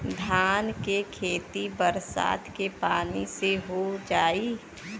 धान के खेती बरसात के पानी से हो जाई?